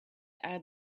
add